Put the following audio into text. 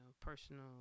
personal